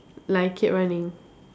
like I keep running